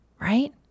right